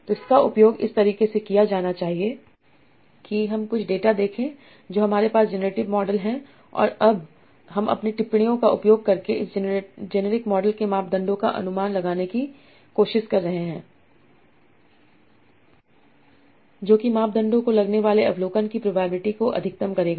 तो इसका उपयोग इस तरीके से किया जाना चाहिए कि हम कुछ डेटा देख मैं जो हमारे पास जेनेरिक मॉडल है और अब हम अपनी टिप्पणियों का उपयोग करके इस जेनेरिक मॉडल के मापदंडों का अनुमान लगाने की कोशिश कर रहे हैं जो कि मापदंडों को लगने वाले अवलोकन की प्रोबेबिलिटी को अधिकतम करेगा